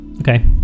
Okay